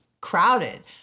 crowded